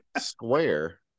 square